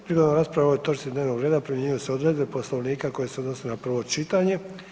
Prigodom rasprave o ovoj točki dnevnog reda primjenjuju se odredbe Poslovnika koje se odnose na prvo čitanje.